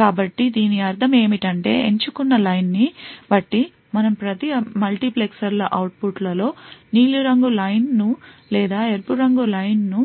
కాబట్టి దీని అర్థం ఏమిటంటే ఎంచుకున్న లైన్ ని బట్టి మనం ప్రతి మల్టీప్లెక్సర్ల అవుట్పుట్ లో నీలిరంగు లైన్ ను లేదా ఎరుపు లైన్ ను